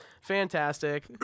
Fantastic